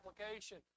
application